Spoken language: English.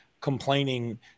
complaining